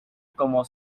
como